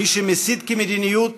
מי שמסית כמדיניות